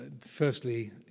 firstly